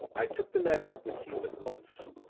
i took the matter up with hume at once,